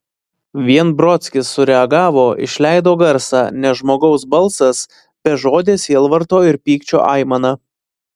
vien brodskis sureagavo išleido garsą ne žmogaus balsas bežodė sielvarto ir pykčio aimana